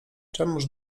czemuż